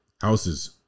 houses